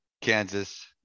Kansas